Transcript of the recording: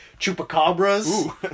chupacabras